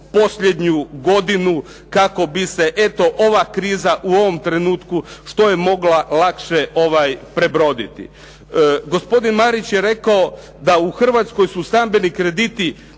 posljednju godinu kako bi se eto ova kriza u ovom trenutku što je mogla lakše prebroditi. Gospodin Marić je rekao da u Hrvatskoj su stambeni krediti